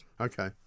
okay